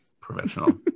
professional